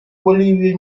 боливия